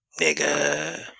Nigga